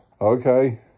Okay